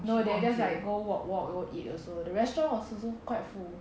no they're just like go walk walk go eat also the restaurant was also quite full